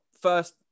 first